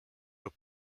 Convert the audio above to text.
were